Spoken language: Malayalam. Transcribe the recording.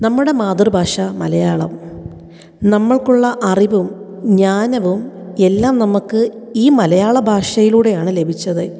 നമ്മുടെ മാതൃഭാഷ മലയാളം നമ്മൾക്കുള്ള അറിവും ജ്ഞാനവും എല്ലാം നമുക്ക് ഈ മലയാള ഭാഷയിലൂടെയാണ് ലഭിച്ചത്